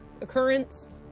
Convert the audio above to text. occurrence